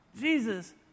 Jesus